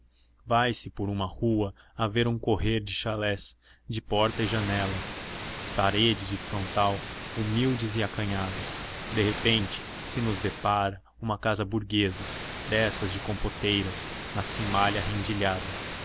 formas vai-se por uma rua a ver um correr de chalets de porta e janela parede de frontal humildes e acanhados de repente se nos depara uma casa burguesa dessas de compoteiras na